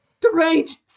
deranged